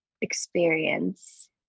experience